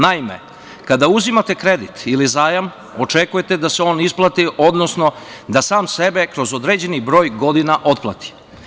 Naime, kada uzimate kredit ili zajam očekujete da se on isplati, odnosno da sam sebe kroz određeni broj godina otplati.